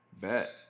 Bet